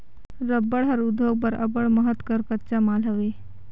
रबड़ हर उद्योग बर अब्बड़ महत कर कच्चा माल हवे